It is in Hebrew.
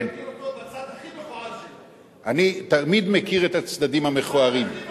אתה מכיר אותו, ואתה